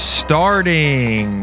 starting